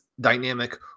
dynamic